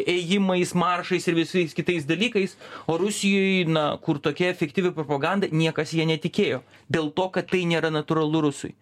ėjimais maršais ir visais kitais dalykais o rusijoj na kur tokia efektyvi propaganda niekas ja netikėjo dėl to kad tai nėra natūralu rusui